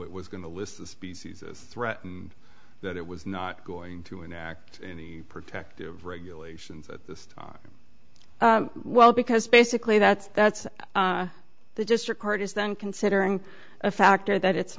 it was going to list the species as threatened that it was not going to enact any protective regulations at this time well because basically that's that's the district court is then considering a factor that it's